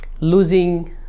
Losing